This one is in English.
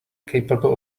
capable